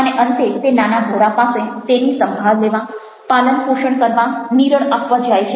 અને અંતે તે નાના ઘોડા પાસે તેની સંભાળ લેવા પાલન પોષણ કરવા નીરણ આપવા જાય છે